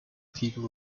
people